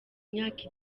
myaka